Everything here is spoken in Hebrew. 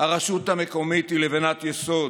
הרשות המקומית היא לבנת יסוד.